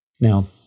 now